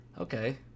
okay